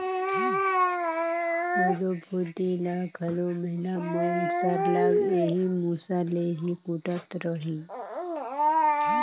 कोदो भुरडी ल घलो महिला मन सरलग एही मूसर ले ही कूटत रहिन